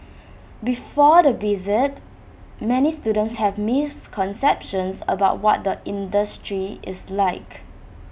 before the visit many students have misconceptions about what the industry is like